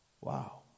Wow